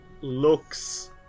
looks